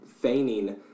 feigning